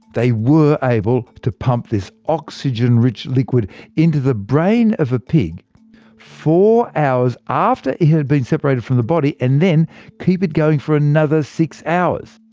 they were able to pump this oxygen-rich liquid into the brain of a pig four hours after it had been separated from the body, and then keep it going for another six hours.